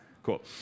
Cool